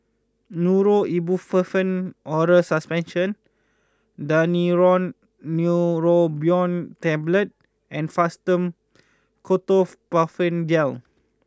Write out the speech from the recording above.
Nurofen Ibuprofen Oral Suspension Daneuron Neurobion Tablets and Fastum Ketoprofen Gel